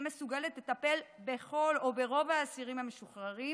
מסוגלת לטפל בכל או ברוב האסירים המשוחררים.